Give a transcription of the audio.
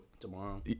tomorrow